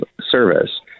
service